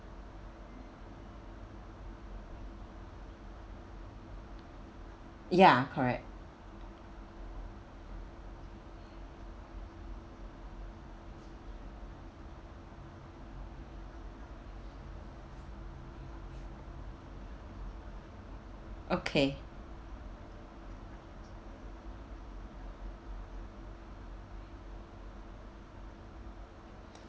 ya correct okay